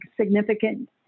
significant